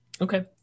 Okay